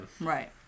Right